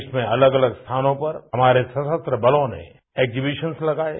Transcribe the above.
देश में अलग अलग स्थानों पर हमारे सशस्त्र बलों ने एक्जिविस्स लगाये